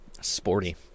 sporty